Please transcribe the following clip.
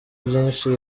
vyinshi